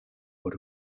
por